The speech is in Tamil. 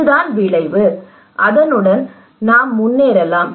இதுதான் விளைவு அதனுடன் நாம் முன்னேறலாம்